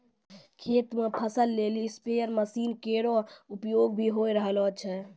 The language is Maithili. खेत म फसल लेलि स्पेरे मसीन केरो उपयोग भी होय रहलो छै